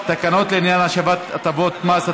תקנות לעניין השבת הטבות מס),